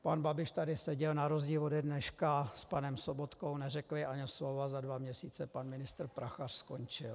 Pan Babiš tady seděl na rozdíl ode dneška s panem Sobotkou, neřekli ani slovo a za dva měsíce pan ministr Prachař skončil.